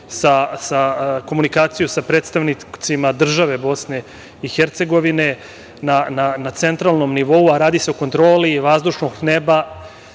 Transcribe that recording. komunikaciju sa predstavnicima države BiH na centralnom nivou. Radi se o kontroli vazdušnog neba